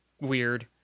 weird